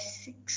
six